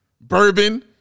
Bourbon